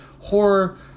horror